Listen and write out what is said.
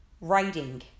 writing